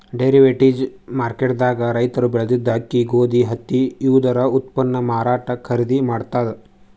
derivatives market ದಾಗ್ ರೈತರ್ ಬೆಳೆದಿದ್ದ ಅಕ್ಕಿ ಗೋಧಿ ಹತ್ತಿ ಇವುದರ ಉತ್ಪನ್ನ್ ಮಾರಾಟ್ ಮತ್ತ್ ಖರೀದಿ ಮಾಡ್ತದ್